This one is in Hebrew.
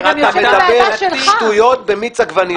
אתה מדבר שטויות במיץ עגבניות.